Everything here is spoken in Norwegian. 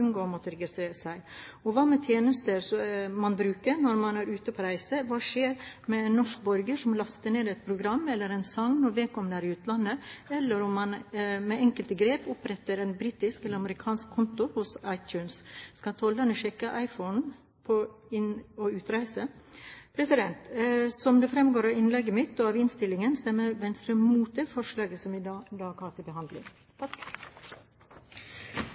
unngå å måtte registrere seg. Og hva med tjenester man bruker når man er ute på reise? Hva skjer med en norsk borger som laster ned et program eller en sang når vedkommende er i utlandet, eller om man med enkle grep oppretter en britisk eller amerikansk konto hos iTunes? Skal tollerne sjekke iPod-en på innreise og utreise? Som det fremgår av innlegget mitt og av innstillingen, stemmer Venstre mot det forslaget vi i dag har til behandling.